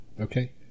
Okay